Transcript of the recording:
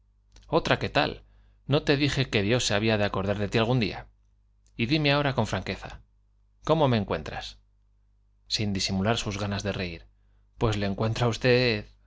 otra que tal no te dije que dios se había de acordar de ti algún día y dime ahora con fran queza cómo me encuentras sin disimular sus ganas de reir pues ie en cuentro á usted